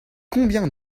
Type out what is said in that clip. combien